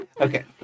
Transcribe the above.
Okay